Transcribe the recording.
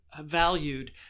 Valued